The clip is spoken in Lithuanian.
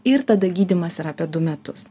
ir tada gydymas yra apie du metus